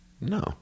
no